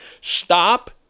Stop